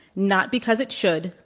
not because it should,